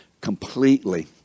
completely